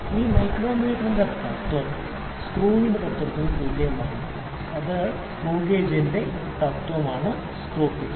ഈ മൈക്രോമീറ്റർ പ്രവർത്തിക്കുന്ന തത്ത്വം സ്ക്രൂവിന്റെ തത്വമാണ് അത് സ്ക്രൂ ഗേജിന്റെ തത്വമാണ് സ്ക്രൂ പിച്ച്